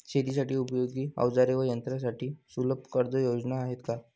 शेतीसाठी उपयोगी औजारे व यंत्रासाठी सुलभ कर्जयोजना आहेत का?